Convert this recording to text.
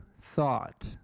thought